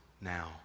now